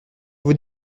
vous